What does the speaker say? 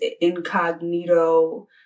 incognito